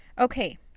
Okay